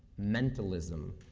mentalism.